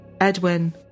Edwin